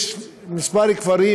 יש כמה כפרים,